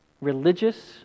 religious